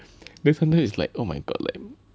then sometimes is like oh my god like